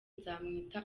nzamwita